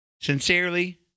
Sincerely